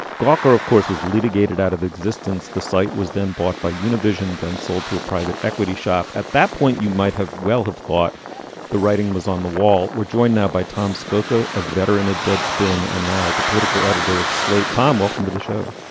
gawker of course was litigated out of existence. the site was then bought by univision then sold to a private equity shop. at that point you might have well have thought the writing was on the wall. we're joined now by tom skocpol a veteran of deadspin and now the political editor of slate. tom welcome to the show.